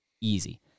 Easy